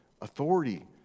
authority